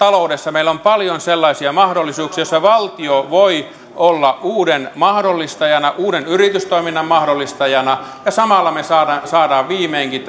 meillä on paljon sellaisia mahdollisuuksia joissa valtio voi olla uuden mahdollistajana uuden yritystoiminnan mahdollistajana ja samalla me saamme saamme viimeinkin